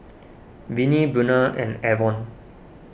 Vinie Buena and Avon